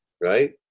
right